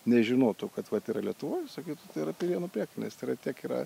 nežinotų kad vat yra lietuvoj sakytų tai yra pirėnų priekalnės tai yra tiek yra